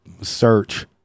search